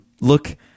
look